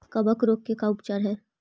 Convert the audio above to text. कबक रोग के का उपचार है?